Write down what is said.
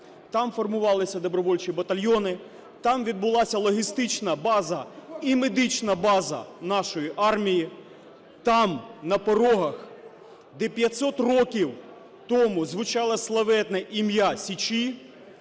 Там формувалися добровольчі батальйони, там відбулася логістична база і медична база нашої армії, там, на порогах, де 500 років тому звучало славетне ім'я Січі,